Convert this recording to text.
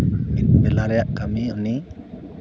ᱢᱤᱫ ᱵᱮᱞᱟ ᱨᱮᱭᱟᱜ ᱠᱟᱹᱢᱤ ᱩᱱᱤ